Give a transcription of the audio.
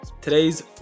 today's